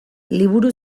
liburu